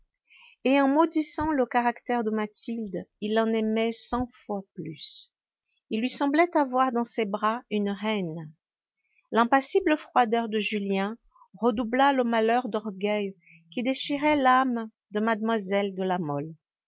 et en maudissant le caractère de mathilde il l'en aimait cent fois plus il lui semblait avoir dans ses bras une reine l'impassible froideur de julien redoubla le malheur d'orgueil qui déchirait l'âme de mlle de la mole